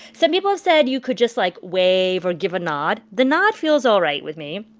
some people said you could just, like, wave or give a nod. the nod feels all right with me.